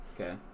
Okay